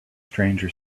stranger